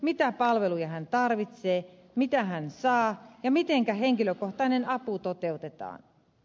mitä palveluja hän tarvitsee mitä hän saa ja mitenkä henkilökohtainen apu toteutetaan